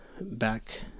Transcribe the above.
back